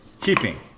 keeping